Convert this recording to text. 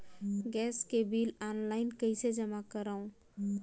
Gas के bill online कइसे जमा करव?